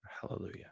Hallelujah